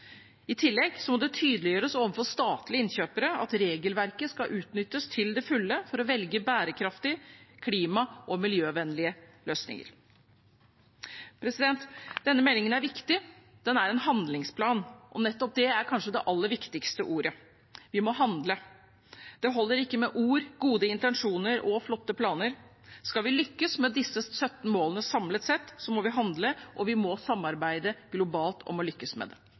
I tillegg må det tydeliggjøres overfor statlige innkjøpere at regelverket skal utnyttes til fulle for å velge bærekraftige, klima- og miljøvennlige løsninger. Denne meldingen er viktig. Den er en handlingsplan, og nettopp det er kanskje det aller viktigste ordet. Vi må handle. Det holder ikke med ord, gode intensjoner og flotte planer. Skal vi lykkes med disse 17 målene samlet sett, må vi handle, og vi må samarbeide globalt om å lykkes med det.